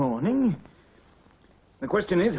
morning the question is